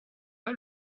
pas